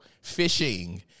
fishing